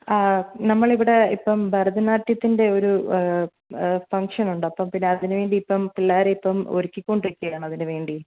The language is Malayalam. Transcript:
ആ നമ്മൾ ഇവിടെ ഇപ്പം ഭരതനാട്യത്തിൻ്റെ ഒരു ഫങ്ക്ഷനുണ്ട് അപ്പം പിന്നെ അതിനുവേണ്ടി അപ്പം പിള്ളേരെ ഇപ്പം ഒരുക്കിക്കൊണ്ടിക്കുകയാണ് അതിന് വേണ്ടി